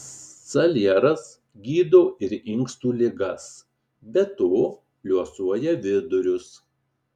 salieras gydo ir inkstų ligas be to liuosuoja vidurius